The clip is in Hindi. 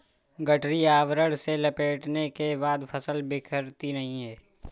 गठरी आवरण से लपेटने के बाद फसल बिखरती नहीं है